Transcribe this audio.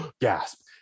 gasp